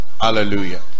hallelujah